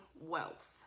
wealth